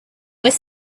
where